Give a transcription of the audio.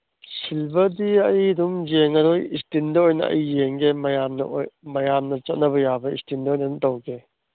ꯁꯤꯜꯚꯔꯗꯤ ꯑꯩ ꯑꯗꯨꯝ ꯌꯦꯡꯉꯔꯣꯏ ꯏꯁꯇꯤꯜꯗ ꯑꯣꯏꯅ ꯑꯩ ꯌꯦꯡꯒꯦ ꯃꯌꯥꯝꯅ ꯆꯠꯅꯕ ꯌꯥꯕ ꯏꯁꯇꯤꯜꯗꯣ ꯑꯣꯏꯅ ꯑꯗꯨꯝ ꯇꯧꯒꯦ